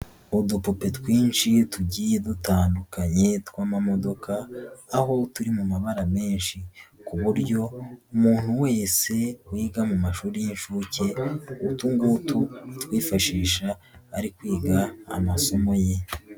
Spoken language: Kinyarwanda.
Udupupe twinshi tugiye dutandukanye tw'amamodoka aho turi mu mabara menshi ku buryo umuntu wese wiga mu mashuri y'inshuke utu ngutu atwifashisha ari kwiga amasomo ye.